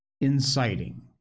inciting